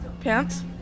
pants